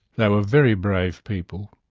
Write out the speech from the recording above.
they were very brave people.